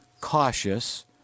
cautious